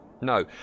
No